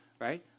right